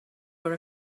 were